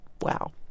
Wow